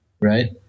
right